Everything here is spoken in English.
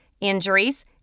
injuries